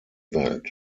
welt